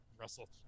Russell